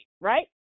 right